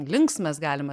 linksmas galima